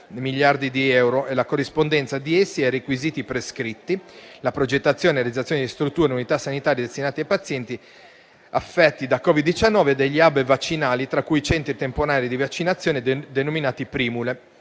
miliardi di euro e la corrispondenza di essi ai requisiti prescritti, la progettazione e realizzazione di strutture e unità sanitarie destinate ai pazienti affetti da Covid-19 e degli *hub* vaccinali tra cui centri temporanei di vaccinazioni denominati "Primule",